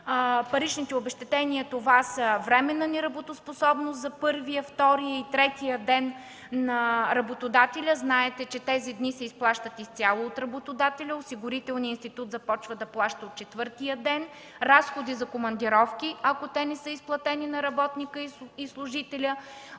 паричните обезщетения са временна неработоспособност за първия, втория и третия ден на работодателя, знаете, че тези дни се изплащат изцяло от работодателя – Осигурителния институт започва да плаща от четвъртия ден разходи за командировки, ако те не са изплатени на работника и служителя,